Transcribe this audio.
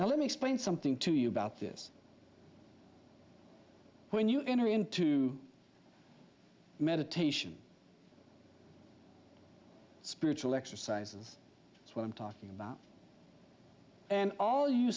now let me explain something to you about this when you enter into meditation spiritual exercises that's what i'm talking about and all you